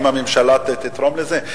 אם הממשלה תתרום לזה.